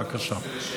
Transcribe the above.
בבקשה.